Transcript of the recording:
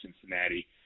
Cincinnati